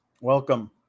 Welcome